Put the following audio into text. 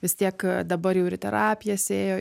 vis tiek dabar jau ir į terapijas ėjo